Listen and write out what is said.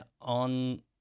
on